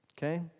Okay